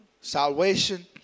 salvation